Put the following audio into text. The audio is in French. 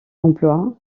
emploi